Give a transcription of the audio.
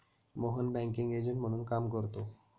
Mohan banking agent म्हणून काम करतो